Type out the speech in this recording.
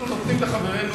אנחנו נותנים לחברינו,